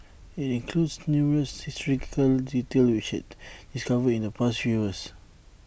IT includes numerous historical details which we had discovered in the past few years